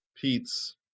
Pete's